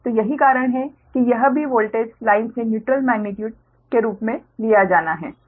तो यही कारण है कि यह भी वोल्टेज लाइन से न्यूट्रल मेग्नीट्यूड के रूप में लिया जाना है